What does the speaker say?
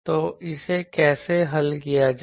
तो इसे कैसे हल किया जाए